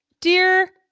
Dear